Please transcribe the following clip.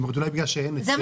אולי זה בגלל שאין היצע.